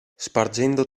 spargendo